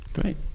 Great